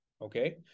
okay